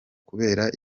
kubera